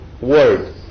word